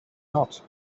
not